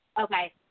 Okay